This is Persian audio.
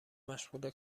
مشغول